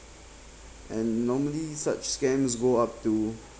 and normally such scams go up to